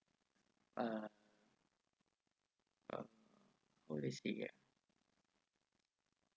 uh uh always spit ah